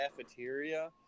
cafeteria